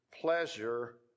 Pleasure